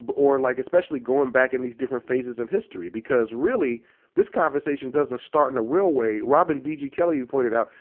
but or like especially going back in these different phases of history. because really this conversation doesn't start in a real way, robin d g. kelley and pointed out,